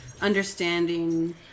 understanding